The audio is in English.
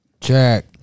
Check